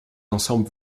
ensembles